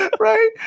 right